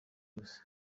byose